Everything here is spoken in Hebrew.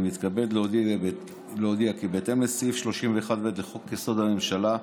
אני מתכבד להודיע כי בהתאם לסעיף 31(ב) לחוק-יסוד: הממשלה,